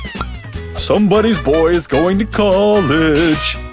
somebody's boy is going to college,